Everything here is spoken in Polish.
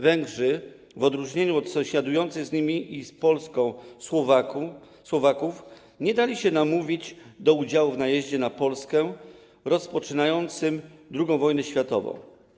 Węgrzy, w odróżnieniu od sąsiadujących z nimi i z Polską Słowaków, nie dali się namówić do udziału w najeździe na Polskę rozpoczynającym II wojnę światową.